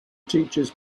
teaches